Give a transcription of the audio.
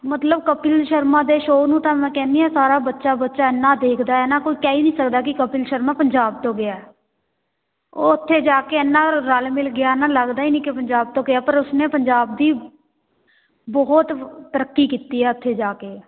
ਮਤਲਬ ਕਪਿਲ ਸ਼ਰਮਾ ਦੇ ਸ਼ੋਅ ਨੂੰ ਤਾਂ ਮੈਂ ਕਹਿੰਦੀ ਹਾਂ ਸਾਰਾ ਬੱਚਾ ਬੱਚਾ ਇੰਨਾ ਦੇਖਦਾ ਨਾ ਕੋਈ ਕਹਿ ਹੀ ਨਹੀਂ ਸਕਦਾ ਕਿ ਕਪਿਲ ਸ਼ਰਮਾ ਪੰਜਾਬ ਤੋਂ ਗਿਆ ਉੱਥੇ ਜਾ ਕੇ ਇੰਨਾਂ ਰ ਰਲ ਮਿਲ ਗਿਆ ਨਾ ਲੱਗਦਾ ਹੀ ਨਹੀਂ ਕਿ ਪੰਜਾਬ ਤੋਂ ਗਿਆ ਪਰ ਉਸਨੇ ਪੰਜਾਬ ਦੀ ਬਹੁਤ ਬ ਤਰੱਕੀ ਕੀਤੀ ਆ ਉੱਥੇ ਜਾ ਕੇ